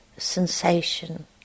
Sensation